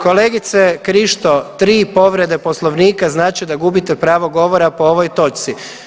Kolegice Krišto, 3 povrede Poslovnika znače da gubite pravo govora po ovoj točci.